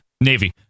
navy